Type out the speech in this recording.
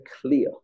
clear